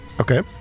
Okay